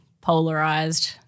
polarized